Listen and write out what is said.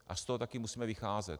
A z toho taky musíme vycházet.